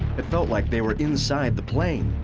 it felt like they were inside the plane.